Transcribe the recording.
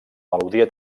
melodia